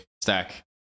stack